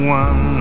one